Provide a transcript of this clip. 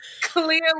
clearly